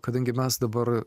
kadangi mes dabar